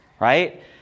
Right